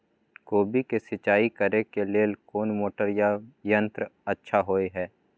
कोबी के सिंचाई करे के लेल कोन मोटर या यंत्र अच्छा होय है?